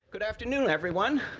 good afternoon, everyone.